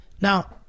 Now